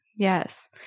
Yes